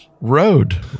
road